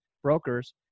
brokers